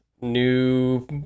new